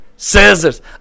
Scissors